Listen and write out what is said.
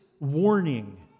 Warning